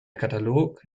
katalog